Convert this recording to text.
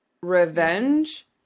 revenge